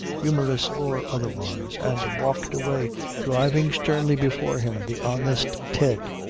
humorous or otherwise, and walked away driving sternly before him the honest ted,